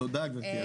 אל דאגה.